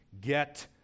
get